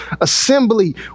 assembly